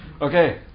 Okay